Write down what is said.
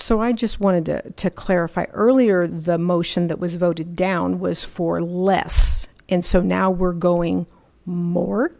so i just wanted to clarify earlier the motion that was voted down was for less and so now we're going more